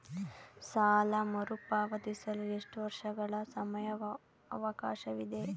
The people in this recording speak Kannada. ಸಾಲ ಮರುಪಾವತಿಸಲು ಎಷ್ಟು ವರ್ಷಗಳ ಸಮಯಾವಕಾಶವಿದೆ?